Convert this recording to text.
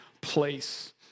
place